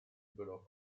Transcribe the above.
below